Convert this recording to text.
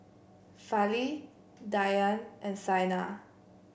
Fali Dhyan and Saina